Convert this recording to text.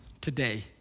today